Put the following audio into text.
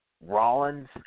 Rollins